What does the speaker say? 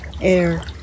air